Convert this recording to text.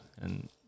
and-